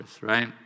right